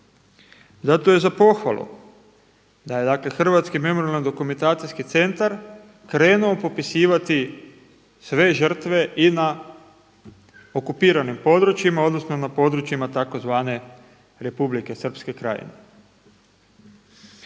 Zato je za pohvalu da je Hrvatski memorijalno-dokumentacijski centar krenuo popisivati sve žrtve i na okupiranim područjima odnosno na područjima tzv. Republike srpske krajine.